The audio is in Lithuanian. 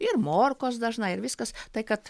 ir morkos dažnai ir viskas tai kad